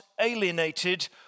alienated